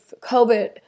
COVID